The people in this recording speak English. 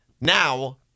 now